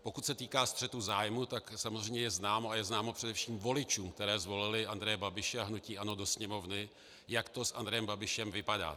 Pokud se týká střetu zájmů, tak samozřejmě je známo, a je známo především voličům, kteří zvolili Andreje Babiše a hnutí ANO do Sněmovny, jak to s Andrejem Babišem vypadá.